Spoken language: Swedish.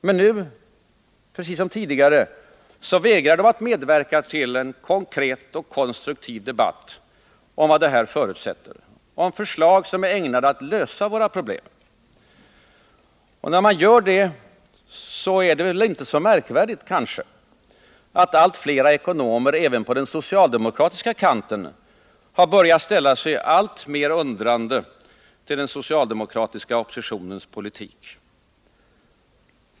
Men nu liksom tidigare vägrar de att medverka till en konkret och konstruktiv debatt om vad detta förutsätter och en debatt om förslag som är ägnade att lösa våra problem. Det är kanske därför inte så märkvärdigt att allt fler ekonomer även på den socialdemokratiska kanten börjar ställa sig alltmer undrande till den socialdemokratiska oppositionens politik.